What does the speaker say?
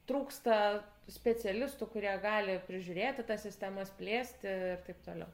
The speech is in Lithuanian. trūksta specialistų kurie gali prižiūrėti tas sistemas plėsti ir taip toliau